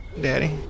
Daddy